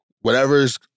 Whatever's